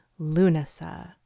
Lunasa